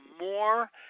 more